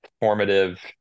formative